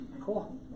Cool